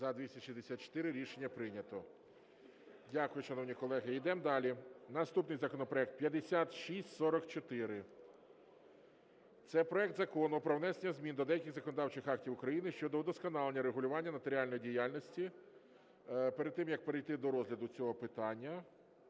За-264 Рішення прийнято. Дякую, шановні колеги. Ідемо далі. Наступний законопроект 5644, це проект Закону про внесення змін до деяких законодавчих актів України щодо удосконалення регулювання нотаріальної діяльності. Перед тим як перейти до розгляду цього питання,